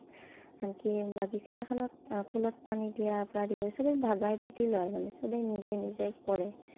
আনকি বাগিছাখনত ফুলত পানী দিয়াৰ পৰা আৰম্ভ কৰি সবেই ভগাই পাটি লয় মানে সবেই নিজে নিজে কৰে